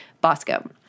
Bosco